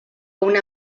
una